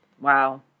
Wow